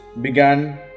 began